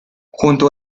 junto